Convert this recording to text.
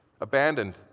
abandoned